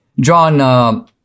John